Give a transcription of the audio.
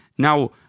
Now